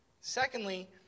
Secondly